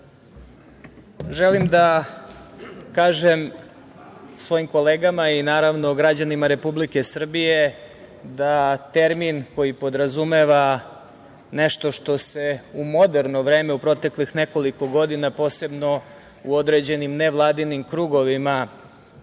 želim da kažem svojim kolegama i naravno građanima Republike Srbije da termin koji podrazumeva nešto što se u moderno vreme u proteklih nekoliko godina posebno u određenim nevladinim krugovima